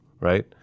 right